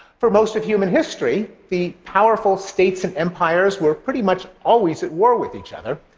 for most of human history, the powerful states and empires were pretty much always at war with each other,